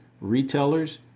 retailers